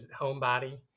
homebody